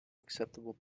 acceptable